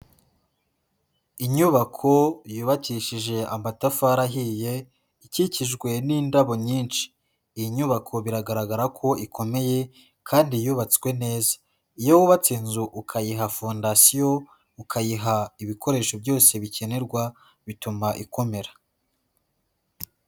Inyubako yubakishije amatafari ahiye ikikijwe n'indabo nyinshi. Iyi nyubako biragaragara ko ikomeye kandi yubatswe neza. Iyo wubatse inzu ukayiha fondasiyo, ukayiha ibikoresho byose bikenerwa bituma ikomera.